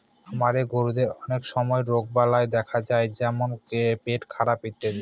খামারের গরুদের অনেক সময় রোগবালাই দেখা যায় যেমন পেটখারাপ ইত্যাদি